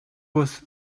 was